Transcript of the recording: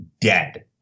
dead